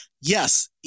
Yes